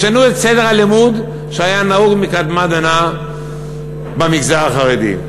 ישנו את סדר הלימוד שהיה נהוג מקדמת דנא במגזר החרדי.